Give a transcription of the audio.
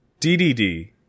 DDD